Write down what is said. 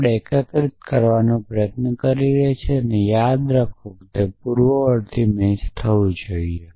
આપણે આને એકીકૃત કરવાનો પ્રયાસ કરી રહ્યાં છીએ યાદ રાખો કે પૂર્વવર્તી મેચ થવી જોઈએ